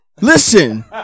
listen